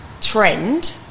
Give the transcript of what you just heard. trend